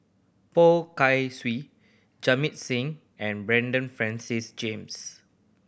Poh Kai Swee Jamit Singh and Bernard Francis James